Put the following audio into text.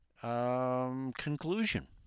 conclusion